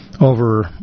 over